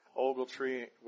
Ogletree